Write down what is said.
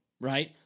right